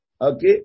Okay